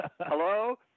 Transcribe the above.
Hello